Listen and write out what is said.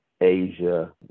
Asia